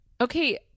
Okay